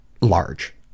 large